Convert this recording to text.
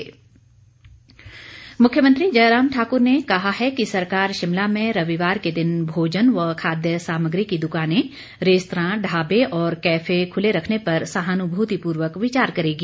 मेंट मुख्यमंत्री जयराम ठाकुर ने कहा है कि सरकार शिमला में रविवार के दिन भोजन व खाद्य सामग्री की दुकानें रेस्तरां ढाबे और कैफे खुल रखने पर सहानुभूति पूर्वक विचार करेगी